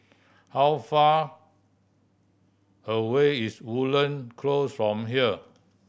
how far away is Woodlands Close from here